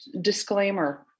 disclaimer